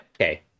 okay